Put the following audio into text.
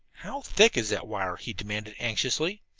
how thick is that wire? he demanded anxiously.